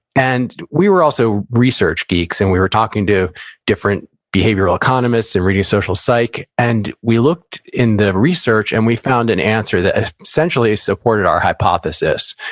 and we were also research geeks, and we were talking to different behavioral behavioral economists and reading social psych. and we looked in the research, and we found an answer that essentially supported our hypothesis,